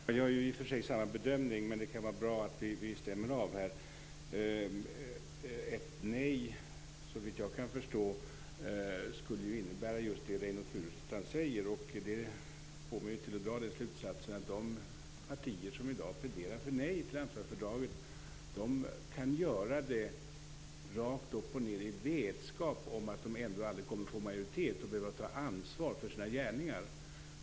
Fru talman! Jag gör i och för sig samma bedömning, men det kan vara bra att vi stämmer av. Ett nej skulle innebära det Reynoldh Furustrand säger. Det får mig att dra slutsatsen att de partier som i dag pläderar för ett nej till Amsterdamfördraget kan göra det i vetskap om att de ändå aldrig kommer att få majoritet och behöva ta ansvar för sina gärningar.